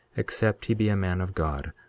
except he be a man of god,